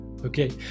okay